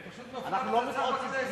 פשוט נפלה פצצה בכנסת.